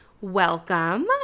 welcome